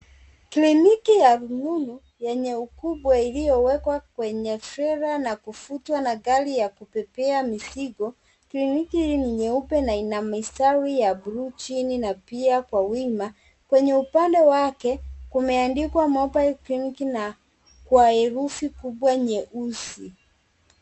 Kliniki ya rununu yenye ukubwa iliyowekwa kwenye trela na kuvutwa na gari ya kubebea mizigo . Kliniki hii ni nyeupe na ina mistari ya bluu chini na pia kwa wima. Kwenye upande wake , kumeandikwa mobile clinic kwa herufi kubwa nyeusi.